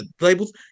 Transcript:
labels